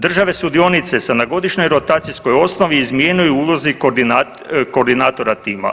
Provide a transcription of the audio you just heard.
Države sudionice se na godišnjoj rotacijskoj osnovi izmjenjuju u ulozi koordinatora tima.